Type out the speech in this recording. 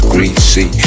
Greasy